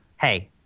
hey